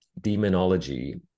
demonology